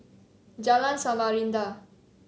Jalan Samarinda